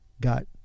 got